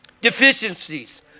deficiencies